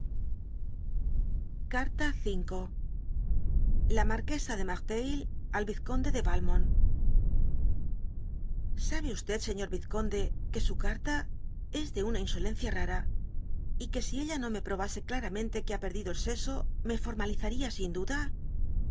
carta v la marquesa de merteuil al fvtconde de italmon i oabs señor yizconde que su carta es de una insolencia rara y que si ella no me probase claramente que ha perdido el seso me formalizaria sin duda